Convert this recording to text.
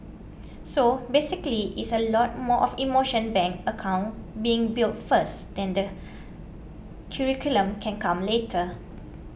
so basically is a lot more of emotional bank account being built first curriculum can come later